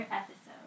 episode